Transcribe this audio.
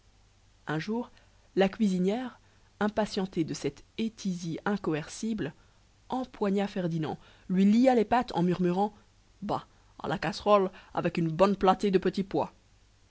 un jour la cuisinière impatientée de cette étisie incoercible empoigna ferdinand lui lia les pattes en murmurant bah à la casserole avec une bonne platée de petits pois